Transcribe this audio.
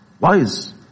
wise